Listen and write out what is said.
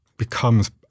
Becomes